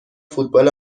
فوتبال